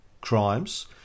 crimes